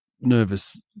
nervous